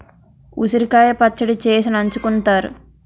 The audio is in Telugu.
ఉసిరికాయ పచ్చడి చేసి నంచుకుంతారు